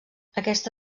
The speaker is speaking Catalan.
aquesta